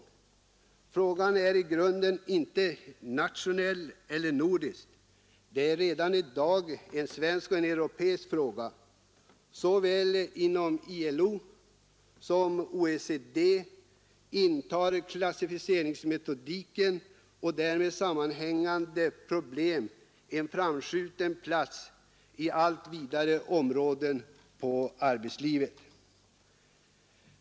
Frågan är i grunden inte nationell eller nordisk — det är redan i dag en svensk och europeisk fråga. Inom såväl ILO som OECD intar klassificeringsmetodik och därmed sammanhängande problem en framskjuten plats inom allt vidare områden av arbetslivet.